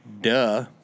Duh